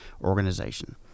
organization